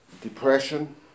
depression